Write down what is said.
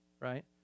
Right